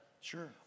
Sure